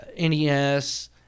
NES